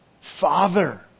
Father